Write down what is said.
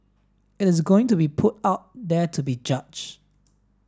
it is going to be put out there to be judge